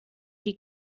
die